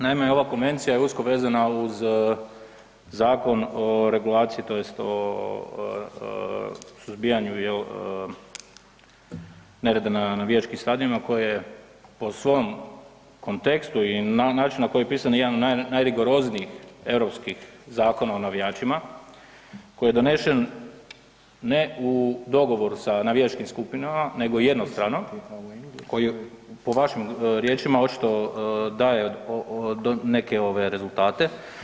Naime, ova konvencija je usko vezana uz zakon o regulaciji tj. suzbijanju nerada na navijačkim stadionima koje po svom kontekstu i način na koji je pisan je jedan od najrigoroznijih europskih zakona o navijačima koji je donesen ne u dogovoru sa navijačkim skupinama nego jednostrano koji po vašim riječima očito daje neke rezultate.